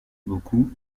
beaucoup